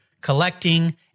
collecting